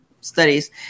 studies